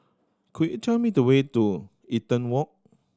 could you tell me the way to Eaton Walk